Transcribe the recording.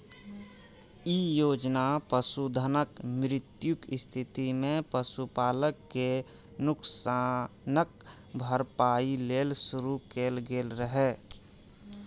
ई योजना पशुधनक मृत्युक स्थिति मे पशुपालक कें नुकसानक भरपाइ लेल शुरू कैल गेल रहै